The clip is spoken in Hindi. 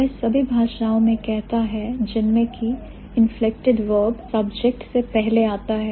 वे सभी भाषाओं में कहता है जिनमें की inflected verb subject से पहले आता है